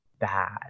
bad